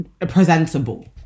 presentable